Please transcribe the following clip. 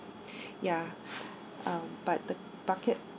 ya uh but the buckets